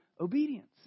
obedience